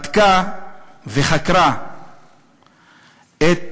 בדקה וחקרה את